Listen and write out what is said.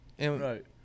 right